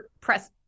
Press